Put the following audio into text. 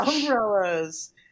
Umbrellas